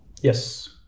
yes